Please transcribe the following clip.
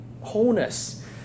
wholeness